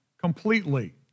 completely